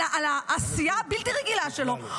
על העשייה הבלתי רגילה שלו,